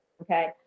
Okay